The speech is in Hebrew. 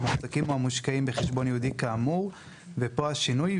המוחזקים או המושקעים בחשבון ייעודי כאמור..." ופה השינוי.